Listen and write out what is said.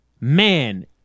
man